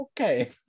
Okay